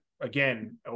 again